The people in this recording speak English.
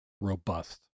robust